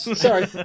Sorry